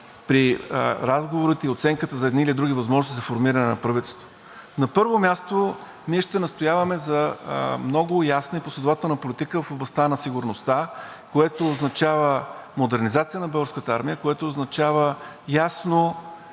при разговорите, и оценката за едни или други възможности за формиране на правителство. На първо място, ние ще настояваме за много ясна и последователна политика в областта на сигурността, което означава модернизация на Българската армия, което означава ясно